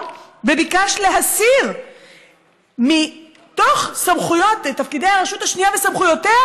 וביקשת להסיר מתוך תפקידי הרשות השנייה וסמכויותיה,